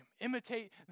Imitate